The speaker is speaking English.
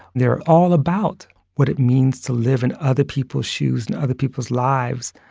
they're all about what it means to live in other people's shoes and other people's lives.